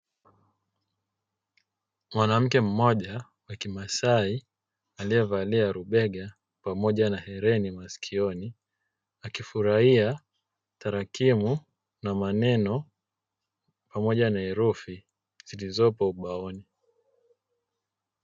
Mwanamke mmoja wa kimasai aliyevalia lubega pamoja na hereni masikioni, akifurahia tarakimu na maneno pamoja na herufi zilizopo ubaoni.